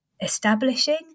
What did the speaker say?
establishing